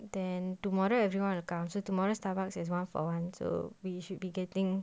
then tomorrow everyone will come so tomorrow starbucks is one for one so we should be getting